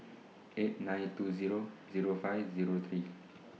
eight nine two Zero Zero five Zero three